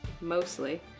mostly